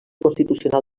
constitucional